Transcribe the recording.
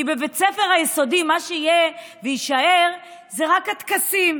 כי בבית הספר היסודי מה שיהיה ויישאר זה רק הטקסים,